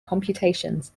computations